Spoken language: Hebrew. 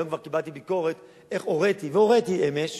היום כבר קיבלתי ביקורת איך הוריתי, והוריתי אמש